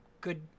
good